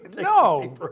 no